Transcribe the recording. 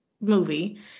movie